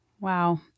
Wow